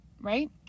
Right